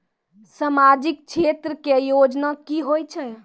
समाजिक क्षेत्र के योजना की होय छै?